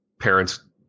parents